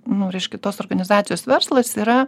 nu reiškia tos organizacijos verslas yra